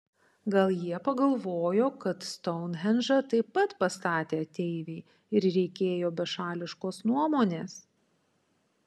gal jie pagalvojo kad stounhendžą taip pat pastatė ateiviai ir reikėjo bešališkos nuomonės